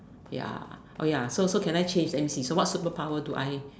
ya oh ya so so can I change let me see so what superpower do I